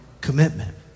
commitment